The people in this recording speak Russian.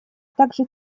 также